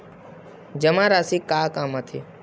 जमा राशि का काम आथे?